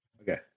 Okay